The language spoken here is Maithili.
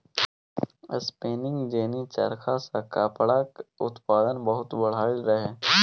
स्पीनिंग जेनी चरखा सँ कपड़ाक उत्पादन बहुत बढ़लै रहय